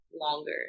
longer